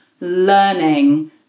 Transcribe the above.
learning